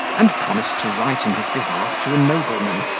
and promised to write in his behalf to a nobleman,